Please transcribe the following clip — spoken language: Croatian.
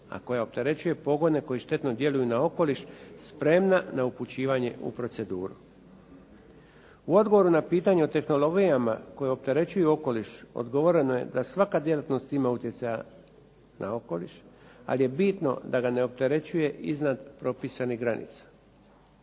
a koja opterećuje pogone koji štetno djeluju na okoliš spremna na upućivanje u proceduru. U odgovoru na pitanje o tehnologijama koje opterećuju okoliš odgovoreno je da svaka djelatnost ima utjecaja na okoliš ali je bitno da ga ne opterećuje iznad propisanih granica.